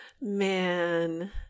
Man